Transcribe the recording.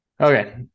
okay